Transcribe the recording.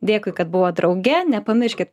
dėkui kad buvot drauge nepamirškit